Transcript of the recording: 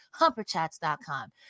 Humperchats.com